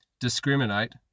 discriminate